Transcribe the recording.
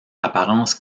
apparence